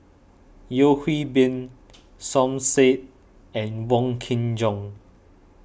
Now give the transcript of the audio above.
Yeo Hwee Bin Som Said and Wong Kin Jong